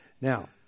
Now